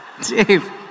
Dave